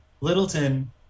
Littleton